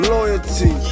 Loyalty